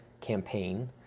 campaign